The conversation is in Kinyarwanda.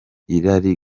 irari